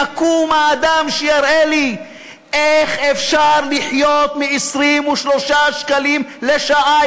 יקום האדם שיראה לי איך אפשר לחיות מ-23 שקלים לשעה,